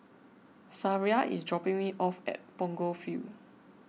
Sariah is dropping me off at Punggol Field